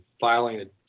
filing